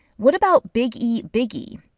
what about big e, big e?